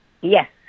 Yes